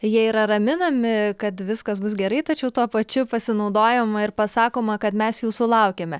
jie yra raminami kad viskas bus gerai tačiau tuo pačiu pasinaudojama ir pasakoma kad mes jūsų laukiame